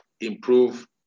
improve